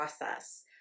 process